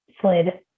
slid